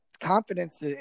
confidence